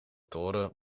toren